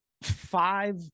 five